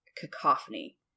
Cacophony